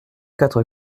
quatre